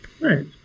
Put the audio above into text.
right